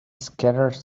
scattered